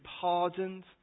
pardoned